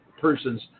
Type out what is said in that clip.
persons